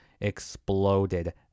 exploded